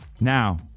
Now